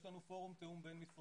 יש לנו פורום תיאום בין-משרדי